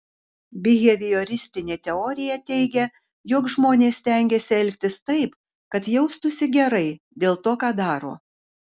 bihevioristinė teorija teigia jog žmonės stengiasi elgtis taip kad jaustųsi gerai dėl to ką daro